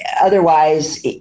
otherwise